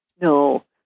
No